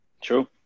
True